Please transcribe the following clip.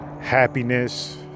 happiness